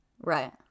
right